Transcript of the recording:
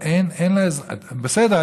בסדר,